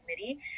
committee